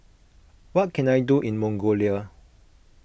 what can I do in Mongolia